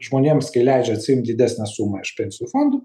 žmonėms kai leidžia atsiimt didesnę sumą iš pensijų fondų